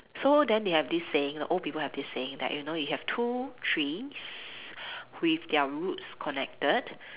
so then they have this saying old people have this saying that you know you have two trees with their roots connected